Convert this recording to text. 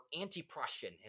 anti-prussian